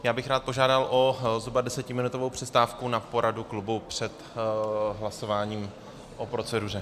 Já bych rád požádal o zhruba desetiminutovou přestávku na poradu klubu před hlasováním o proceduře.